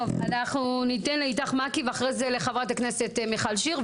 אנחנו ניתן לאית"ך מעכי ואחרי זה לחברת הכנסת מיכל שיר,